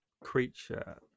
creature